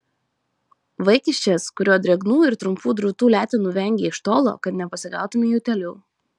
vaikiščias kurio drėgnų ir trumpų drūtų letenų vengei iš tolo kad nepasigautumei utėlių